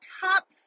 top